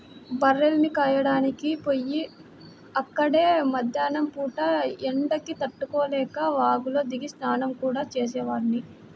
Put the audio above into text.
బర్రెల్ని కాయడానికి పొయ్యి అక్కడే మద్దేన్నం పూట ఎండకి తట్టుకోలేక వాగులో దిగి స్నానం గూడా చేసేవాడ్ని